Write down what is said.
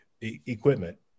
equipment